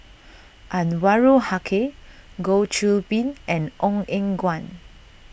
Anwarul Haque Goh Qiu Bin and Ong Eng Guan